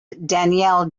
daniel